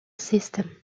system